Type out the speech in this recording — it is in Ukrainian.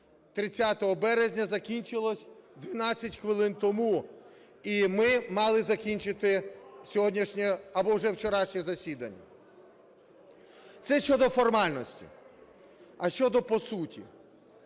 30 березня закінчилось 12 хвилин тому. І ми мали закінчити сьогоднішнє або вже вчорашнє засідання. Це щодо формальностей. А щодо по суті.